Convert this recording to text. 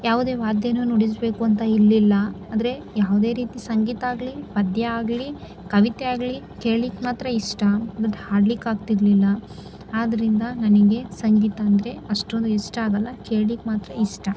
ಯಾವುದೇ ವಾದ್ಯನು ನುಡಿಸ್ಬೇಕೂಂತ ಇರಲಿಲ್ಲ ಆದರೆ ಯಾವುದೇ ರೀತಿ ಸಂಗೀತ ಆಗ್ಲಿ ಪದ್ಯ ಆಗಲಿ ಕವಿತೆ ಆಗಲಿ ಕೇಳ್ಲಿಕ್ಕೆ ಮಾತ್ರ ಇಷ್ಟ ಬಟ್ ಹಾಡ್ಲಿಕ್ಕೆ ಆಗ್ತಿರಲಿಲ್ಲ ಆದ್ದರಿಂದ ನನಗೆ ಸಂಗೀತ ಅಂದರೆ ಅಷ್ಟೊಂದು ಇಷ್ಟ ಆಗೋಲ್ಲ ಕೇಳ್ಲಿಕ್ಕೆ ಮಾತ್ರ ಇಷ್ಟ